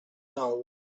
nou